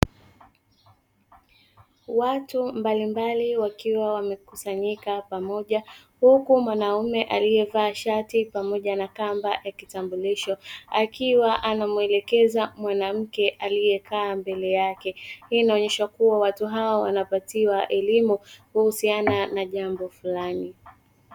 Watu mbali mbali wakiwa wamekusanyika pamoja huku mwanaume alievaa shati pamoja na kamba ya kitambulisho akiwa anamuelekeza mwanamke aliekaa mbele yake, hii inaonesha kuwa watu hawa wanapatiwa elimu kuhusiana na jambo fulani.